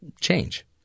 change